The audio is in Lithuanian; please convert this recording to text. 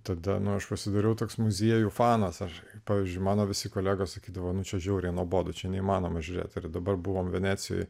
tada aš pasidariau toks muziejų fanas aš pavyzdžiui mano visi kolegos sakydavo nu čia žiauriai nuobodu čia neįmanoma žiūrėti ir dabar buvome venecijoje